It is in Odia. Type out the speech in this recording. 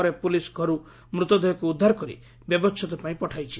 ପରେ ପୋଲିସ ଘରୁ ମୂତଦେହକୁ ଉଦ୍ଧାର କରି ବ୍ୟବଛେଦ ପାଇଁ ପଠାଇଛି